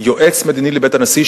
יועץ מדיני לבית הנשיא,